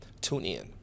TuneIn